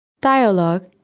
Dialogue